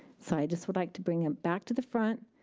so i just would like to bring them back to the front,